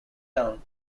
down